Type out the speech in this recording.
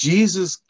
Jesus